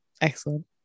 excellent